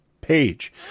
page